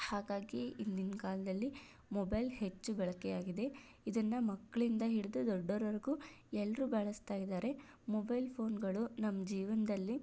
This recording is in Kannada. ಹಾಗಾಗಿ ಇಂದಿನ ಕಾಲದಲ್ಲಿ ಮೊಬೆಲ್ ಹೆಚ್ಚು ಬಳಕೆಯಾಗಿದೆ ಇದನ್ನು ಮಕ್ಕಳಿಂದ ಹಿಡಿದು ದೊಡ್ಡೋರವರೆಗು ಎಲ್ಲರೂ ಬಳಸ್ತಾಯಿದ್ದಾರೆ ಮೊಬೆಲ್ ಫೋನ್ಗಳು ನಮ್ಮ ಜೀವನದಲ್ಲಿ